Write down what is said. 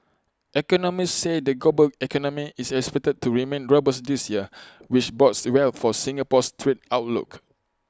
economists say the global economy is expected to remain robust this year which bodes well for Singapore's trade outlook